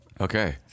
Okay